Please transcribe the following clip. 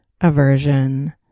aversion